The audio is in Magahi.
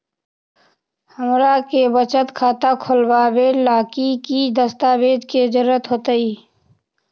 हमरा के बचत खाता खोलबाबे ला की की दस्तावेज के जरूरत होतई?